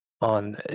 on